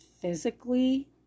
physically